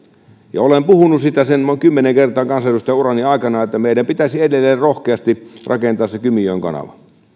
olen puhunut siitä sen kymmenen kertaa kansanedustajaurani aikana että meidän pitäisi edelleen rohkeasti rakentaa se kymijoen kanava